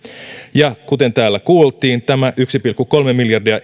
ja kuten täällä kuultiin tällä yksi pilkku kolme miljardia